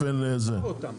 מי יבחר אותם?